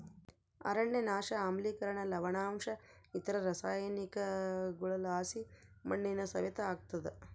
ಅರಣ್ಯನಾಶ ಆಮ್ಲಿಕರಣ ಲವಣಾಂಶ ಇತರ ರಾಸಾಯನಿಕಗುಳುಲಾಸಿ ಮಣ್ಣಿನ ಸವೆತ ಆಗ್ತಾದ